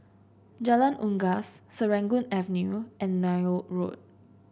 Jalan Unggas Serangoon Avenue and Neil Road